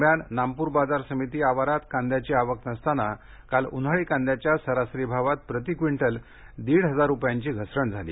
दरम्यान नामपूर बाजार समिती आवारात कांद्याची आवक नसतांना काल उन्हाळ कांद्याच्या सरासरी भावात प्रती क्विंटल दीड हजार रुपयांची घसरण झाली